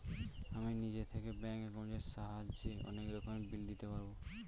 আমি নিজে থেকে ব্যাঙ্ক একাউন্টের সাহায্যে অনেক রকমের বিল দিতে পারবো